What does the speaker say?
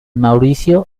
mauricio